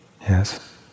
Yes